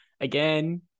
again